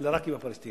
אלא רק עם הפלסטינים.